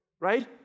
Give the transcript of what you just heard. right